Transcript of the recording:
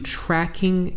tracking